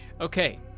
Okay